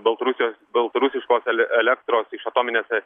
baltarusijos baltarusiškos el elektros iš atominės